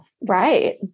Right